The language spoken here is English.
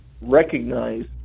recognize